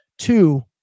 Two